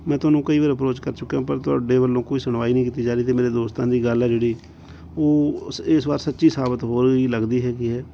ਮੈਂ ਤੁਹਾਨੂੰ ਕਈ ਵਾਰ ਅਪਰੋਚ ਕਰ ਚੁੱਕਿਆ ਪਰ ਤੁਹਾਡੇ ਵੱਲੋਂ ਕੋਈ ਸੁਣਵਾਈ ਨਹੀਂ ਕੀਤੀ ਜਾ ਰਹੀ ਅਤੇ ਮੇਰੇ ਦੋਸਤਾਂ ਦੀ ਗੱਲ ਹੈ ਜਿਹੜੀ ਉਹ ਸ ਇਸ ਵਾਰ ਸੱਚੀ ਸਾਬਿਤ ਹੋ ਰਹੀ ਲੱਗਦੀ ਹੈਗੀ ਹੈ